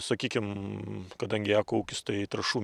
sakykim kadangi eko ūkis tai trąšų